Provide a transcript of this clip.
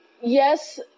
yes